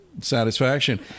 satisfaction